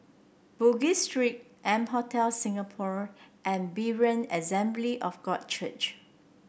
Bugis Street M Hotel Singapore and Berean Assembly of God Church